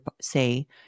say